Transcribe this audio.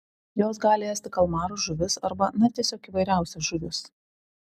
jos gali ėsti kalmarus žuvis arba na tiesiog įvairiausias žuvis